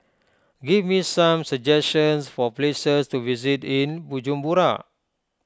give me some suggestions for places to visit in Bujumbura